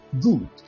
Good